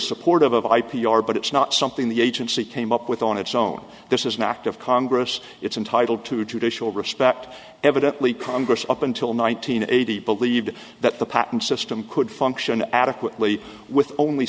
supportive of i p r but it's not something the agency came up with on its own this is not act of congress it's entitle to judicial respect evidently congress up until nineteen eighty believed that the patent system could function adequately with only